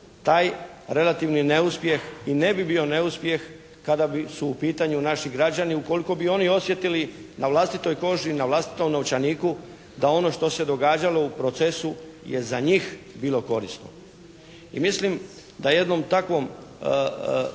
taj relativni neuspjeh i ne bi bio neuspjeh kada su u pitanju naši građani ukoliko bi oni osjetili na vlastitoj koži, na vlastitom novčaniku da ono što se događalo u procesu je za njih bilo korisno. I mislim da jednom takvom